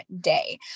day